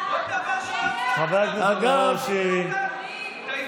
בכל דבר שלא הצלחתם לעשות אתם מאשימים אותנו.